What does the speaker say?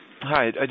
Hi